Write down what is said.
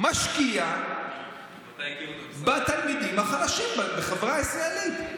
משקיע בתלמידים החלשים בחברה הישראלית?